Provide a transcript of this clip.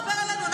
דבר אלינו,